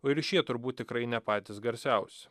o ir šie turbūt tikrai ne patys garsiausi